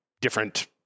different